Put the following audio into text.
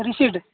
receipt